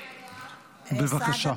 בבקשה.